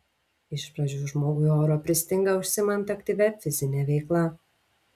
iš pradžių žmogui oro pristinga užsiimant aktyvia fizine veikla